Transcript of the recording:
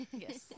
Yes